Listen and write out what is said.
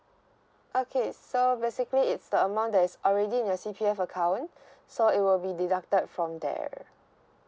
okay so basically it's the amount that is already in your C_P_F account so it will be deducted from there